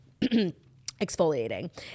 exfoliating